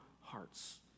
hearts